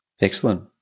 Excellent